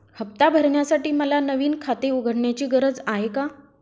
हफ्ता भरण्यासाठी मला नवीन खाते उघडण्याची गरज आहे का?